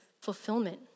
fulfillment